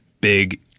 big